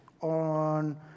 on